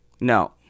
No